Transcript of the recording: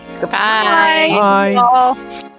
goodbye